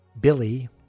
Billy